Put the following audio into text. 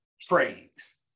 trades